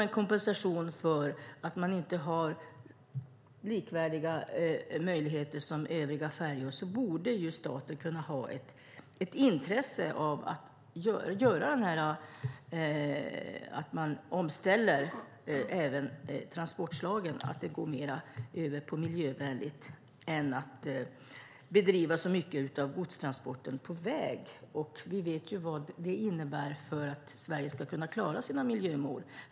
Eftersom man inte har likvärdiga möjligheter jämfört med övriga färjor borde staten kunna ha ett intresse av att ställa om transportslagen så att man går över till mer miljövänligt snarare än att så mycket av godstransporten bedrivs på väg. Vi vet ju vad det innebär för att Sverige ska klara sina miljömål.